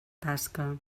tasca